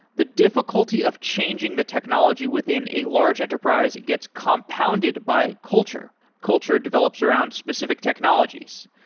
the difficulty of changing the technology within a large enterprise gets compounded by culture. culture develops around specific technologies.